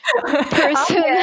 person